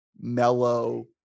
mellow